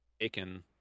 taken